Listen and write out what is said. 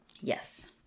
Yes